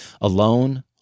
Alone